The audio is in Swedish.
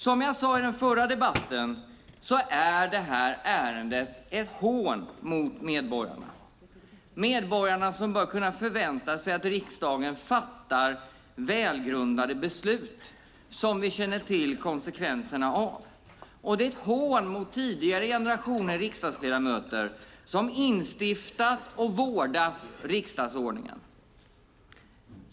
Som jag sade i den förra debatten är detta ärende ett hån både mot medborgarna, som bör kunna förvänta sig att riksdagen fattar välgrundade beslut som vi känner till konsekvenserna av, och mot tidigare generationer riksdagsledamöter som instiftat och vårdat riksdagsordningen.